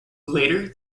later